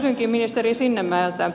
kysynkin ministeri sinnemäeltä